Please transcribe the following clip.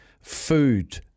food